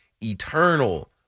eternal